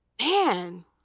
Man